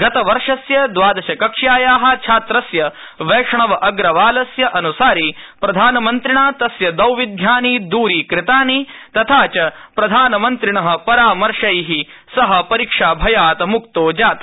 गतवर्षस्य द्वादशकक्ष्याया छात्रस्य वष्णव अग्रवालस्य अनुसारि प्रधानमन्त्रिणा तस्य दौविध्यानि द्रीकृतानि तथा च प्रधानमन्त्रिण परामर्शे परीक्षाभयात् स मुक्तो जात